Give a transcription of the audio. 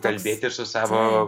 kalbėti ir su savo